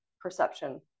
perception